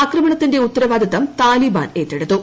ആക്രമണത്തിന്റെ ഉത്തരവാദിത്തം താലിബാൻ ഏറ്റെടുത്തു